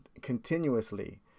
continuously